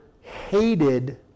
hated